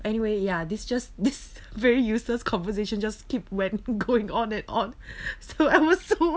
anyway ya this just this very useless conversation just keep went going on and on so I was so